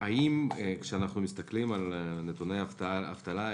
כשאנחנו מסתכלים על נתוני האבטלה,